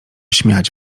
śmiać